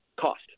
cost